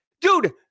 dude